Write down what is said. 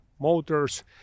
motors